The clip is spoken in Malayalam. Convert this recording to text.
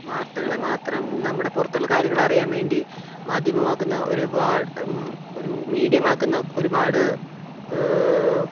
വാർത്തകളെ മാത്രം നമ്മുടെ പുറത്തുള്ള കാര്യങ്ങളറിയാൻ വേണ്ടി ഒരൂ മീഡിയമാക്കുന്ന ഒരുപാട്